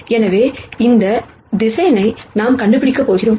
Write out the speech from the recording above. எனவே இந்த வெக்டர் நாம் கண்டுபிடிக்க போகிறோம்